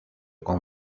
con